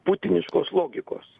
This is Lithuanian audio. putiniškos logikos